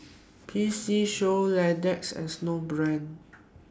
P C Show Lexus and Snowbrand